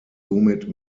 somit